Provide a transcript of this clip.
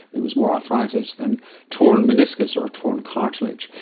it was more arthritis than torn meniscus or a torn cartilage.